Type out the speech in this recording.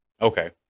okay